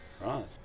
Right